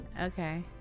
okay